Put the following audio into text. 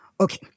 Okay